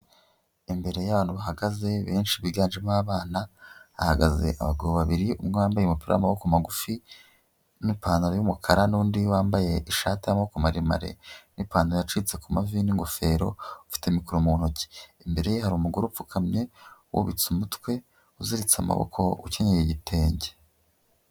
Imbere y'abantu bahagaze benshi biganjemo abana, hahagaze abagabo babiri, umwe wambaye umupira w'amaboko magufi n'ipantaro y'umukara n'undi wambaye ishati y'amaboko maremare n'ipantaro yacitse ku mavi n'ingofero, ufite mikoro mu ntoki. Imbere ye hari umugore upfukamye, wubitse umutwe, uziritse amaboko, ukenyeye igitenge.